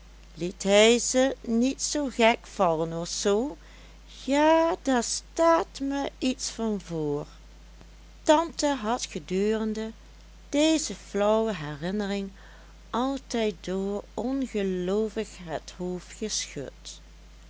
liet hij ze niet zoo gek vallen of zoo ja daar staat me iets van voor tante had gedurende deze flauwe herinnering altijd door ongeloovig het hoofd geschud